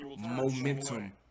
momentum